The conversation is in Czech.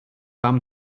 vám